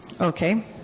Okay